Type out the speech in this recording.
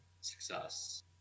success